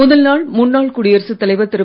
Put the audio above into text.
முதல் நாள் முன்னாள் குடியரசுத் தலைவர் திரு